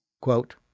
Quote